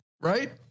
right